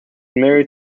married